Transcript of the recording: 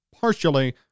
partially